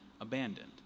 abandoned